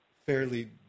fairly